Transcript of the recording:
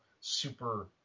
super